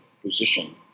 position